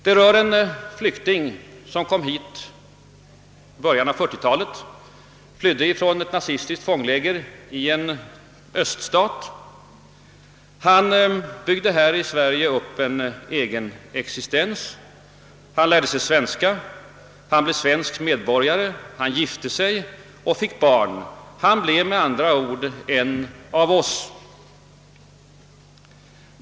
Det rör en flykting, som kom hit i början av 1940-talet från ett nazistiskt fångläger i en öststat. Han byggde här i Sverige upp en ny existens, han lärde sig svenska, han blev svensk medborgare, han gifte sig och fick barn. Han blev med andra ord en av oss.